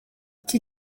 iki